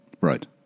right